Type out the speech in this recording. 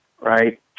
right